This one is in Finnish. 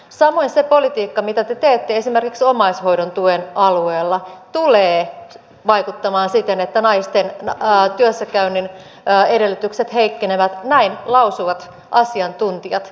samoin se politiikka mitä te teette esimerkiksi omaishoidon tuen alueella tulee vaikuttamaan siten että naisten työssäkäynnin edellytykset heikkenevät näin lausuvat asiantuntijat